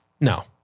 No